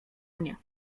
mnie